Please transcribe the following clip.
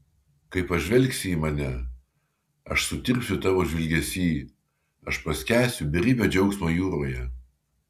kai pažvelgsi į mane aš sutirpsiu tavo žvilgesy aš paskęsiu beribio džiaugsmo jūroje